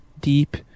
deep